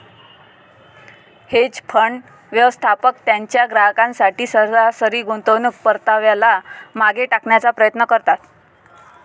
hedge fund, व्यवस्थापक त्यांच्या ग्राहकांसाठी सरासरी गुंतवणूक परताव्याला मागे टाकण्याचा प्रयत्न करतात